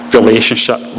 relationship